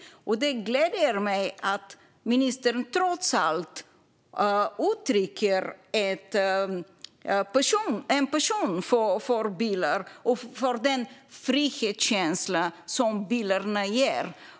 Det gläder mig att ministern trots allt uttrycker en passion för bilar och för den frihetskänsla som bilen ger.